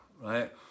right